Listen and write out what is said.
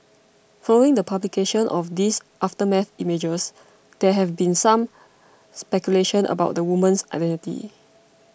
following the publication of these aftermath images there have been some speculation about the woman's identity